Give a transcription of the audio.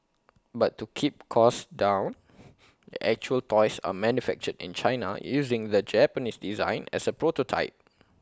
but to keep costs down the actual toys are manufactured in China using the Japanese design as A prototype